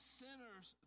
sinners